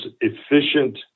efficient